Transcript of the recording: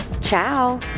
ciao